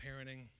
parenting